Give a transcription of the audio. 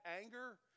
anger